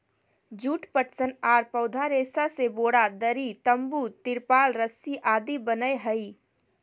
जुट, पटसन आर पौधा रेशा से बोरा, दरी, तंबू, तिरपाल रस्सी आदि बनय हई